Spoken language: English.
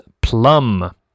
plum